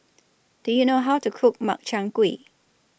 Do YOU know How to Cook Makchang Gui